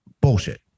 Bullshit